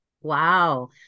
Wow